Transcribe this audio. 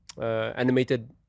animated